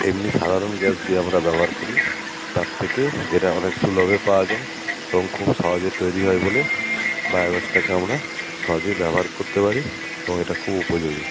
এমনি সাধারণ গ্যাস যে আমরা ব্যবহার করি তার থেকে এটা অনেক সুলভে পাওয়া যায় এবং খুব সহজে তৈরি হয় বলে বায়ো গ্যাসটাকে আমরা সহজেই ব্যবহার করতে পারি এবং এটা খুব উপযোগী